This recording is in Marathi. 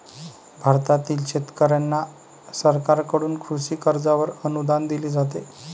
भारतातील शेतकऱ्यांना सरकारकडून कृषी कर्जावर अनुदान दिले जाते